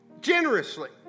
generously